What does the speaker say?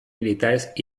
militares